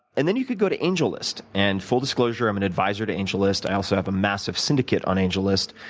and then you could go to angellist. and full disclosure, i'm an advisor to angellist. i also have a massive syndicate on angellist.